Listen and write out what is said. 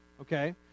Okay